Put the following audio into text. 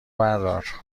بردار